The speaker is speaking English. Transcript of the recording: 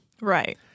Right